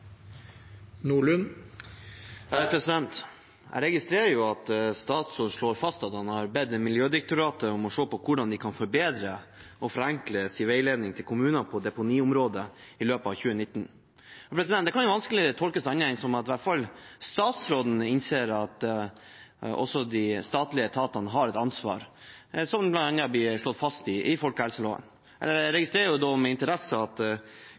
Jeg registrerer at statsråden slår fast at han har bedt Miljødirektoratet om å se på hvordan de kan forbedre og forenkle sin veiledning til kommunene på deponiområdet i løpet av 2019. Det kan jo vanskelig tolkes annerledes enn at i hvert fall statsråden innser at også de statlige etatene har et ansvar, som bl.a. blir slått fast i folkehelseloven. Jeg registrerer da med interesse at